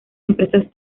empresas